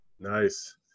Nice